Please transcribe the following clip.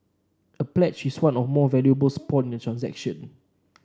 a pledge is one or more valuables pawned in a transaction